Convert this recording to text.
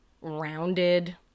rounded